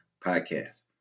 podcast